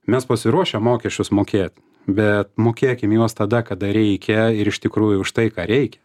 mes pasiruošę mokesčius mokėt bet mokėkim juos tada kada reikia ir iš tikrųjų už štai ką reikia